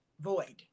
void